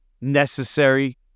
necessary